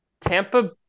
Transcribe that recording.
Tampa